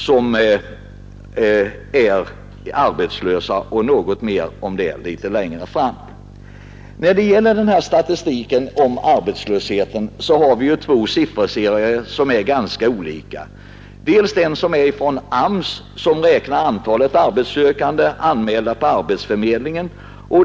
Jag skall återkomma till det senare. Det finns två sifferserier för arbetslöshetsstatistiken som är ganska olika sinsemellan. I statistiken från AMS räknas antalet arbetssökande som är anmälda på arbetsförmedlingarna.